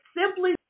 simply